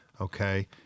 Okay